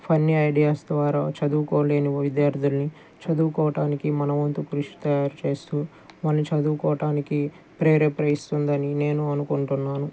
funny ideas ద్వారా చదువుకోలేని విద్యార్థుల్ని చదువుకోటానికి మనవంతు కృషి తయారు చేస్తూ వాళ్ళని చదువుకోడానికి ప్రేరేపణ ఇస్తుంది అని నేను అనుకుంటున్నాను